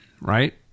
right